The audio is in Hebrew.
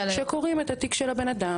שקוראים את התיק של הבן-אדם,